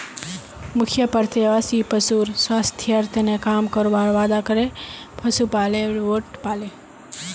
मुखिया प्रत्याशी पशुर स्वास्थ्येर तने काम करवार वादा करे पशुपालकेर वोट पाले